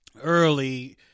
early